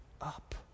up